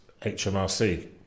HMRC